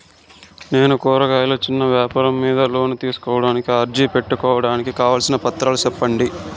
నేను కూరగాయలు చిన్న వ్యాపారం మీద లోను తీసుకోడానికి అర్జీ పెట్టుకోవడానికి కావాల్సిన పత్రాలు సెప్పండి?